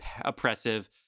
oppressive